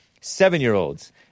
Seven-year-olds